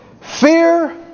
Fear